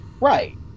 Right